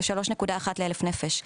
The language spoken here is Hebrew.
ל- 3.1 לאלף נפש,